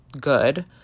good